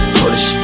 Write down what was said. push